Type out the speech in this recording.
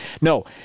No